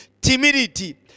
Timidity